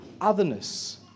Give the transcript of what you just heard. otherness